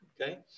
okay